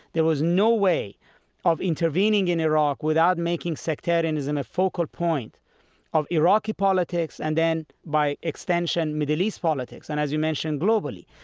there was no way of intervening in iraq without making sectarianism a focal point of iraqi politics and then by extension middle east politics and, as you mentioned, globally.